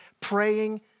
praying